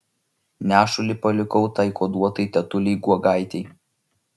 nešulį palikau tai kuoduotai tetulei guogaitei